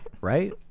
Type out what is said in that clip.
Right